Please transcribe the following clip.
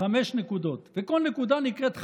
חמש נקודות, וכל נקודה נקראת חלון,